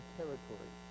territory